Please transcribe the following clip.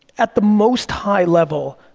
at the most high level,